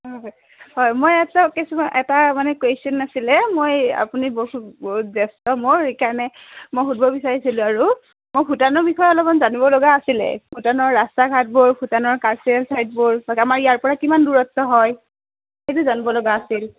হয় হয় মই এটা কিছুমান এটা মানে কুৱেশ্যন আছিলে মই আপুনি বহু বহুত ব্যস্ত মোৰ সেইকাৰণে মই সুধব বিচাৰিছিলোঁ আৰু মই ভূটানৰ বিষয়ে অলপমান জানিব লগা আছিলে ভূটানৰ ৰাস্তা ঘাটবোৰ ভূটানৰ কালচাৰেল চাইটবোৰ আমাৰ ইয়াৰপৰা কিমান দূৰত্ব হয় সেইটো জানব লগা আছিল